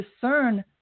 discern